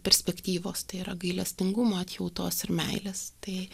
perspektyvos tai yra gailestingumo atjautos ir meilės tai